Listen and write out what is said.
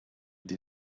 des